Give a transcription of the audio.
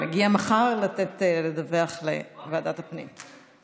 הוא מגיע מחר לדווח לוועדת הפנים.